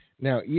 Now